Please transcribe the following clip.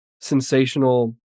sensational